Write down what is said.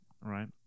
Right